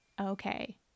okay